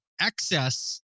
excess